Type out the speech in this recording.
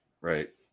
right